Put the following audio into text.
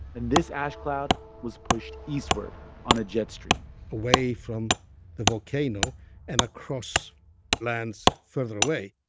and this ash cloud was pushed eastward on a jet stream away from the volcano and across lands further away